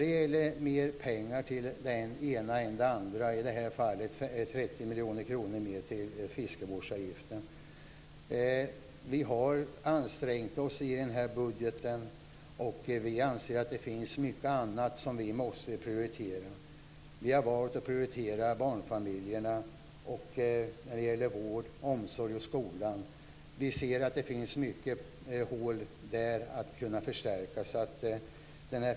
Sedan gäller det mer pengar till än det ena, än det andra - i det här fallet 30 miljoner kronor mer till fiskevårdsavgiften. Vi har ansträngt oss i den här budgeten, och vi anser att det finns mycket annat som vi måste prioritera. Vi har valt att prioritera barnfamiljerna, vård, omsorg och skola. Vi ser att det finns många hål och mycket som behöver förstärkas.